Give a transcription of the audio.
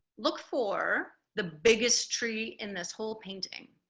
look for the biggest tree in this whole painting